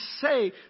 say